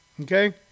okay